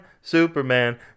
Superman